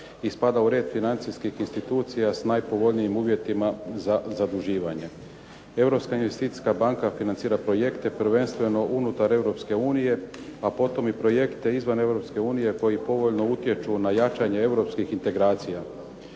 i spada u red financijskih institucija s najpovoljnijim uvjetima za zaduživanje. Europska investicijska banka financira projekte prvenstveno unutar Europske unije, a potom i projekte izvan Europske unije koji povoljno utječu na jačanje europskih integracija.